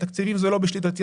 התקציבים זה לא בשליטתי,